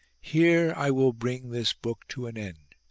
here i will bring this book to an end,